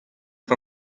for